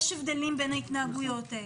יש הבדלים בין ההתנהגויות האלה.